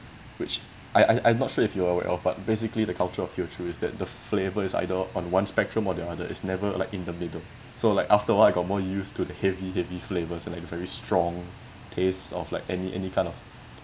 which I I I'm not sure if you are aware of but basically the culture of teochew is that the flavour is either on one spectrum or the other it's never like in the middle so like after awhile I got more used to the heavy heavy flavours and like very strong taste of like any any kind of